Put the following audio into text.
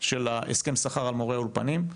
של הסכם השכר של מורי האולפנים.